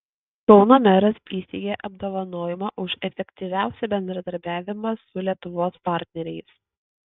kauno meras įsteigė apdovanojimą už efektyviausią bendradarbiavimą su lietuvos partneriais